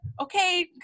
okay